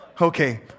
okay